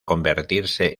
convertirse